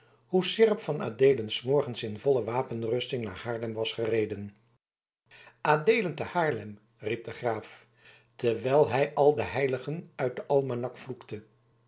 hoe seerp van adeelen s morgens in volle wapenrusting naar haarlem was gereden adeelen te haarlem riep de graaf terwijl hij bij al de heiligen uit den almanak vloekte